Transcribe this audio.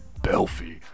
Belfie